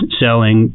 selling